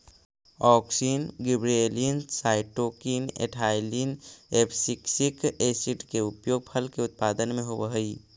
auxin, gibberellins, cytokinin, ethylene, abscisic acid के उपयोग फल के उत्पादन में होवऽ हई